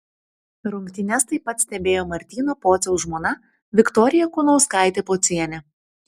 rungtynes taip pat stebėjo martyno pociaus žmona viktorija kunauskaitė pocienė